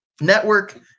network